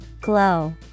Glow